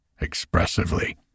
expressively